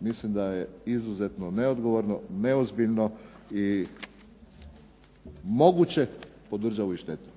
mislim da je izuzetno neodgovorno, neozbiljno i moguće po državu i štetno.